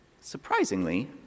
surprisingly